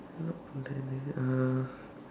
not uh